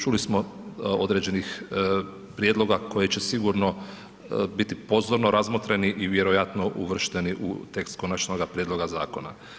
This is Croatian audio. Čuli smo određenih prijedloga, koji će sigurno, biti pozorno razmotreni i vjerojatno uvršteni u tekst konačnoga prijedloga zakona.